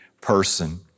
person